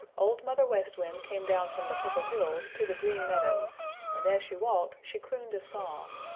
old mother west wind came down from the purple hills to the green meadows and as she walked she crooned a song